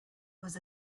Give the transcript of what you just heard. was